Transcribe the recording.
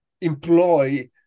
employ